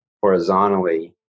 horizontally